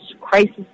crisis